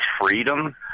freedom